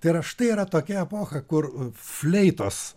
tai yra štai tai yra tokia epocha kur fleitos